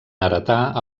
heretar